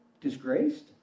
disgraced